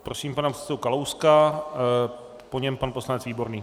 Prosím pana předsedu Kalouska, po něm pan poslanec Výborný.